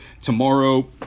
tomorrow